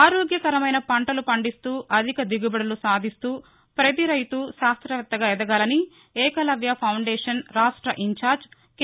ఆరోగ్యకరమైన పంటలు పండిస్తూ అధిక దిగుబడులు సాధిస్తూ ప్రతిరైతూ శాస్త్రవేత్తగా ఎదగాలని ఏకలవ్య ఫౌందేషన్ రాష్ట ఇన్ఛార్జ్ కె